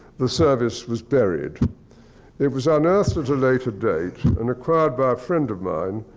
the service was buried it was unearthed at a later date and acquired by a friend of mine,